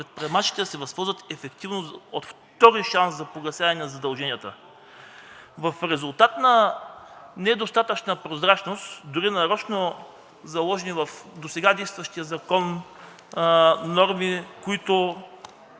предприемачите да се възползват ефективно от втори шанс за погасяване на задълженията. В резултат на недостатъчна прозрачност, дори нарочно заложени в досега действащия закон норми, които